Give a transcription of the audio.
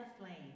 aflame